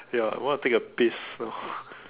ya I want to take a piss now